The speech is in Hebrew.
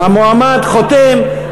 המועמד חותם,